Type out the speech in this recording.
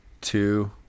two